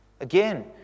Again